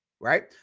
Right